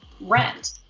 rent